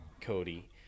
Cody